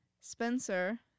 Spencer